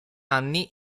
anni